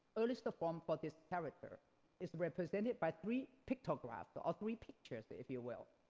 earliest form for this character is represented by three pictographs but or three pictures, but if you will,